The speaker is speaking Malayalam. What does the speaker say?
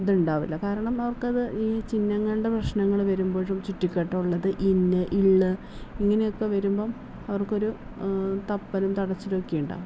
ഇത്ണ്ടാവുല്ലോ കാരണം അവർക്കത് ഈ ചിഹ്നങ്ങളുടെ പ്രശ്നങ്ങൾ വരുമ്പഴും ചുറ്റിക്കെട്ടുള്ളത് ഇൻന് ഇൾള് ഇങ്ങനെയൊക്കെ വരുമ്പം അവർക്കൊരു തപ്പലും തടച്ചിലും ഒക്കെയുണ്ടാവും